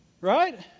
Right